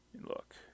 look